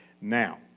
Now